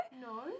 No